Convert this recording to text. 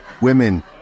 women